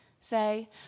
say